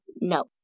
No